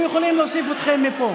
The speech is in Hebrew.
אנחנו יכולים להוסיף אתכם מפה.